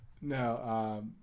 No